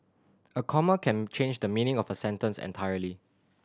a comma can change the meaning of a sentence entirely